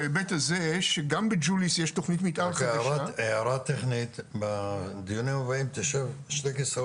התכנית מציעה עוד אלפיים שמונה מאות יחידות